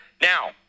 Now